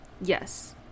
yes